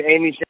Amy